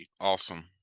Awesome